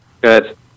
Good